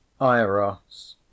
Iros